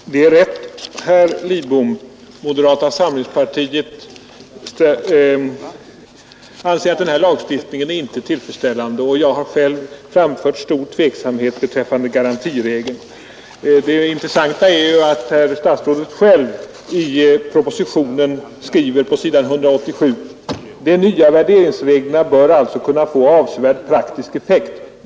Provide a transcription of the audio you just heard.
Fru talman! Det är rätt, herr Lidbom, att moderata samlingspartiet inte anser denna lagstiftning tillfredsställande. Jag har själv framfört stor tveksamhet beträffande garantiregeln. Det intressanta är att statsrådet själv i propositionen på s. 187 skriver: ”De nya värderingsreglerna bör alltså kunna få avsevärd praktisk effekt.